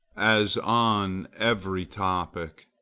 as on every topic,